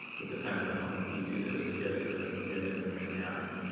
it depends on how easy it is to get into get into manhattan.